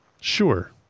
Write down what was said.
Sure